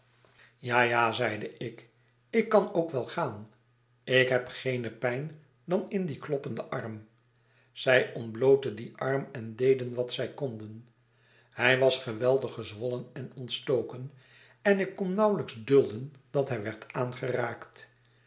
ja ja zeide ik ik kan ook wel gaan ik heb geene pijn dan in dien kloppenden arm zij ontblootten dien arm en deden wat zij konden hij was geweldig gezwolleh enontstoken en ik kon nauwelijks dulden dat hij werd aangeraakt